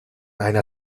einer